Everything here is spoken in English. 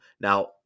Now